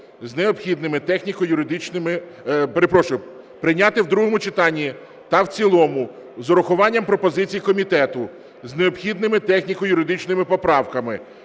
з необхідними техніко-юридичними поправками